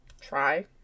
try